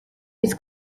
hitz